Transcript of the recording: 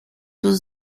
was